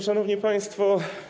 Szanowni Państwo!